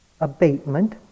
abatement